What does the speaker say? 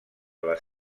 les